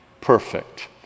perfect